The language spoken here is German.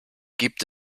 gibt